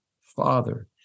father